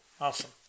Awesome